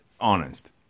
Honest